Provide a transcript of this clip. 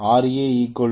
Ra 0